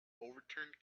overturned